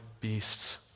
beasts